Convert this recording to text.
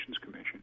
Commission